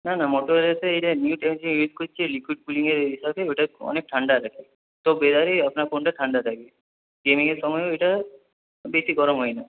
না না মোটোরোলাতে এটা হেল্প করছে লিকুইড কুলিংয়ের সাথে ওইটা অনেক ঠান্ডা থাকে তো আপনার ফোনটা ঠান্ডা থাকবে গেমিংয়ের সময়েও এইটা বেশি গরম হয় না